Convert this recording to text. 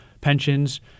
pensions